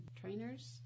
trainers